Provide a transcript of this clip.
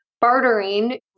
bartering